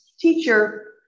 Teacher